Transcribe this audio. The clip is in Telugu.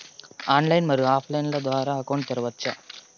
ఆన్లైన్, మరియు ఆఫ్ లైను లైన్ ద్వారా అకౌంట్ తెరవచ్చా?